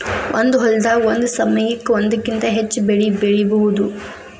ಒಂದ ಹೊಲದಾಗ ಒಂದ ಸಮಯಕ್ಕ ಒಂದಕ್ಕಿಂತ ಹೆಚ್ಚ ಬೆಳಿ ಬೆಳಿಯುದು